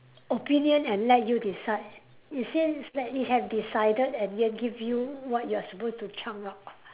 opinion and let you decide it seems that it have decided and yet give you what you are supposed to chunk out